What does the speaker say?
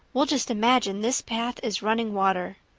we'll just imagine this path is running water.